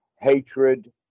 hatred